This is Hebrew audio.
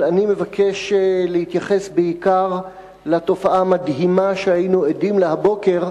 אבל אני מבקש להתייחס בעיקר לתופעה המדהימה שהיינו עדים לה הבוקר,